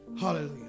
Hallelujah